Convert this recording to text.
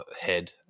head